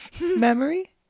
Memory